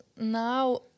now